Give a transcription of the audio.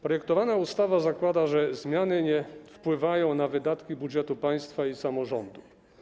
Projektowana ustawa zakłada, że zmiany nie wpływają na wydatki budżetu państwa i samorządu.